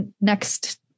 next